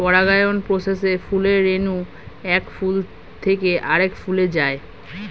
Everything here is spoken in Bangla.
পরাগায়ন প্রসেসে ফুলের রেণু এক ফুল থেকে আরেক ফুলে যায়